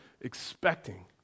expecting